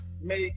make